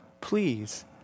Please